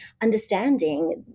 understanding